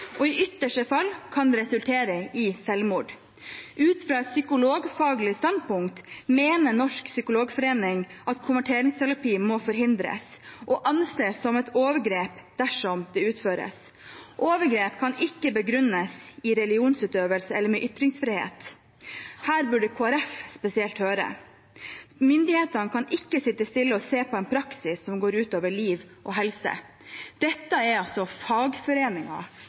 og i ytterste fall kan det resultere i selvmord. Utfra et psykologfaglig standpunkt mener Norsk psykologforening at konverteringsterapi må forhindres, og anses som et overgrep dersom det utføres. Overgrep kan ikke begrunnes i fri religionsutøvelse eller med ytringsfrihet.» Her burde Kristelig Folkeparti spesielt høre etter. Myndighetene kan ikke sitte stille og se på en praksis som går ut over liv og helse. Dette er altså